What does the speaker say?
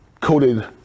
coated